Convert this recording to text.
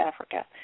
Africa